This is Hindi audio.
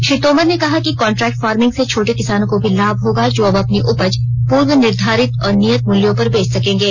श्री तोमर ने कहा कि कान्ट्रैक्ट फार्मिंग से छोटे किसानो को भी लाभ होगा जो अब अपनी उपज पूर्व निर्धारित और नियत मूल्यों पर बेच सकेंगे